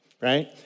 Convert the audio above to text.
right